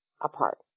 apart